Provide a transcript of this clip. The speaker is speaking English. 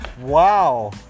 Wow